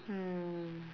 mm